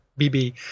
BB